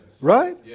right